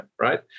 right